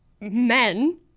men